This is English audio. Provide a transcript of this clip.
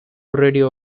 radio